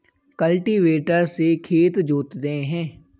cultivator से खेत जोतते हैं